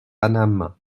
paname